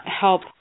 help